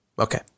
Okay